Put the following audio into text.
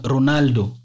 Ronaldo